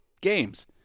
games